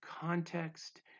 context